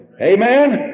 Amen